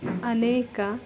ಅನೇಕ